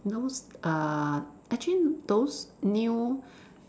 those uh actually those new